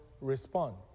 respond